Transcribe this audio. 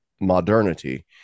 modernity